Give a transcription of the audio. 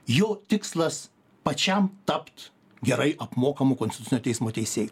jo tikslas pačiam tapt gerai apmokamu konstitucinio teismo teisėju